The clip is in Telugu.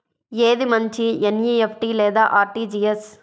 ఏది మంచి ఎన్.ఈ.ఎఫ్.టీ లేదా అర్.టీ.జీ.ఎస్?